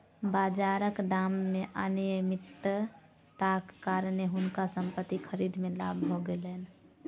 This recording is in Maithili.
बाजारक दाम मे अनियमितताक कारणेँ हुनका संपत्ति खरीद मे लाभ भ गेलैन